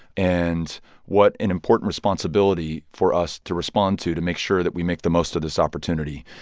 and what an important responsibility for us to respond to to make sure that we make the most of this opportunity.